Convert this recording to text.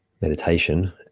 Meditation